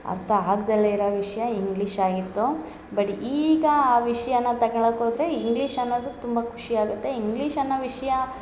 ಅರ್ಥ ಆಗ್ದಲೆ ಇರೋ ವಿಷಯ ಇಂಗ್ಲಿಷ್ ಆಗಿತ್ತು ಬಟ್ ಈಗ ಆ ವಿಷಯನ ತಕಳಕ್ ಹೋದ್ರೆ ಇಂಗ್ಲಿಷ್ ಅನ್ನೊದು ತುಂಬ ಖುಷಿ ಆಗುತ್ತೆ ಇಂಗ್ಲಿಷ್ ಅನ್ನೋ ವಿಷಯ